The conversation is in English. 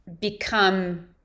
become